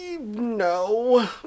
no